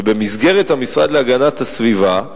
שבמסגרת המשרד להגנת הסביבה,